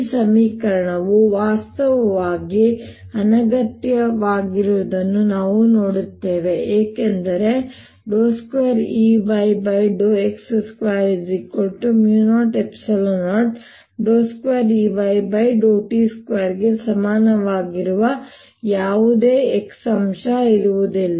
ಈ ಸಮೀಕರಣವು ವಾಸ್ತವವಾಗಿ ಅನಗತ್ಯವಾಗಿರುವುದನ್ನು ನಾವು ನೋಡುತ್ತೇವೆ ಏಕೆಂದರೆ 2Eyx2002Eyt2 ಗೆ ಸಮನಾಗಿರುವ ಯಾವುದೇ x ಅಂಶ ಇರುವುದಿಲ್ಲ